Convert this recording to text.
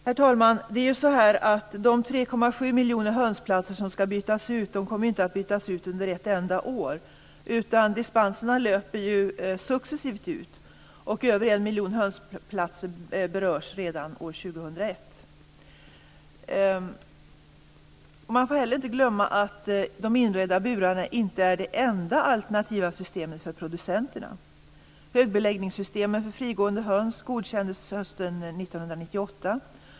Herr talman! Det är ju så att de 3,7 miljoner hönsplatser som ska bytas ut inte kommer att bytas ut under ett enda år. Dispenserna löper ju successivt ut, och över 1 miljon hönsplatser berörs redan år 2001. Man får heller inte glömma att de inredda burarna inte är det enda alternativa systemet för producenterna. Högbeläggningssystemen för frigående höns godkändes hösten 1998.